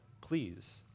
please